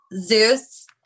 Zeus